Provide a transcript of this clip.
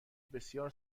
بسیار